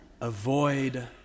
avoid